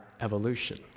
evolution